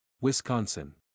Wisconsin